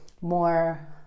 more